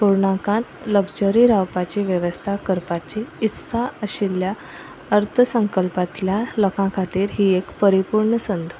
पुर्णाकांत luxury रावपाची वेवस्था करपाची इत्सा आशिल्ल्या अर्थ संकल्पांतल्या लोकां खातीर ही एक परिपूर्ण संद